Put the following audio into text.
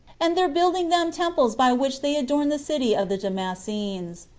and their building them temples by which they adorned the city of the damascenes.